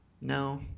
No